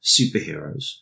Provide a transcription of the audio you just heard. superheroes